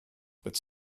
but